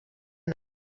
yna